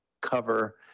cover